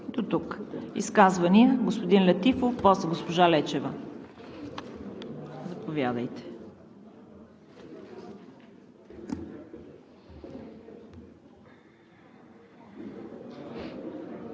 Дотук. Изказвания? Господин Летифов, после госпожа Лечева. Заповядайте!